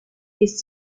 his